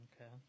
Okay